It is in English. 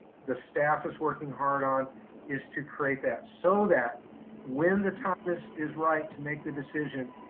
the staff is working hard on is to create that so that when the time is is right to make the decision,